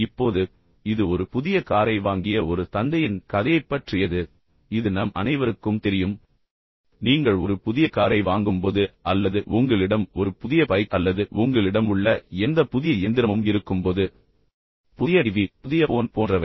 இப்போது இது ஒரு புதிய காரை வாங்கிய ஒரு தந்தையின் கதையைப் பற்றியது இது நம் அனைவருக்கும் தெரியும் நீங்கள் ஒரு புதிய காரை வாங்கும்போது அல்லது உங்களிடம் ஒரு புதிய பைக் அல்லது உங்களிடம் உள்ள எந்த புதிய இயந்திரமும் இருக்கும்போது புதிய டிவி புதிய போன் போன்றவை